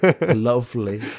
Lovely